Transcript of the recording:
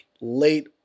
late